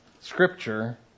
scripture